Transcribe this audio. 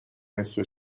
نصفه